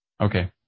Okay